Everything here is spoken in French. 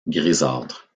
grisâtre